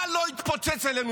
מה לא התפוצץ עלינו?